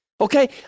Okay